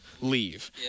leave